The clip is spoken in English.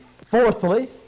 fourthly